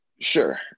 Sure